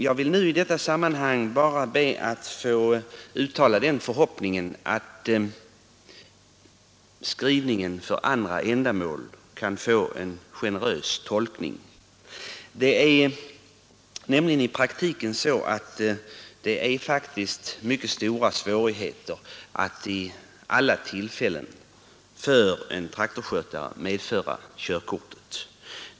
Jag vill i detta sammanhang bara be att få uttala den förhoppningen att begreppet ”för liknande ändamål” kan få en generös tolkning. Det innebär faktiskt i praktiken mycket stora svårigheter för en traktorskötare att vid alla tillfällen medföra körkortet.